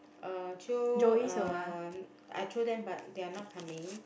uh jio uh I jio them but they're not coming